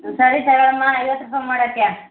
ಸರಿ ತಗೋಳಮ್ಮಾ ಐವತ್ತು ರೂಪಾಯಿ ಮಾಡಾಕ್ಯ